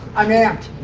i'm amped.